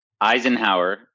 Eisenhower